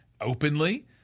openly